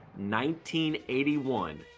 1981